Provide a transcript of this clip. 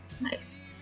Nice